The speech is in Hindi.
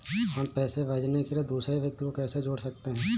हम पैसे भेजने के लिए दूसरे व्यक्ति को कैसे जोड़ सकते हैं?